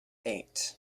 eight